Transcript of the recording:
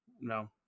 No